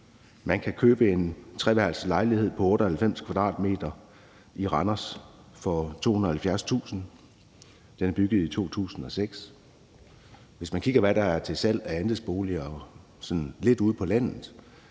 Man kan købe en treværelses lejlighed på 98 m² i Randers for 270.000 kr. Den er bygget i 2006, så hvis man kigger på, hvad der er til salg af andelsboliger sådan lidt ude på landet,